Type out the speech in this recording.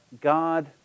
God